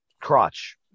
crotch